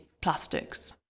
plastics